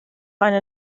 eine